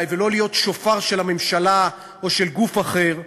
ולא להיות שופר של הממשלה או של גוף אחר,